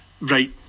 right